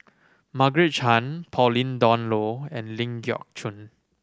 Margaret Chan Pauline Dawn Loh and Ling Geok Choon